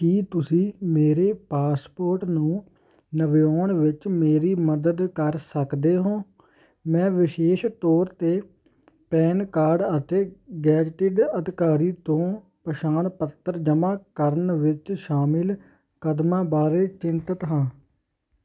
ਕੀ ਤੁਸੀਂ ਮੇਰੇ ਪਾਸਪੋਰਟ ਨੂੰ ਨਵਿਆਉਣ ਵਿੱਚ ਮੇਰੀ ਮਦਦ ਕਰ ਸਕਦੇ ਹੋ ਮੈਂ ਵਿਸ਼ੇਸ਼ ਤੌਰ 'ਤੇ ਪੈਨ ਕਾਰਡ ਅਤੇ ਗਜ਼ਟਿਡ ਅਧਿਕਾਰੀ ਤੋਂ ਪਛਾਣ ਪੱਤਰ ਜਮ੍ਹਾਂ ਕਰਨ ਵਿੱਚ ਸ਼ਾਮਲ ਕਦਮਾਂ ਬਾਰੇ ਚਿੰਤਤ ਹਾਂ